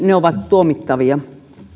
ovat tuomittavia